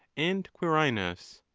and quirinus.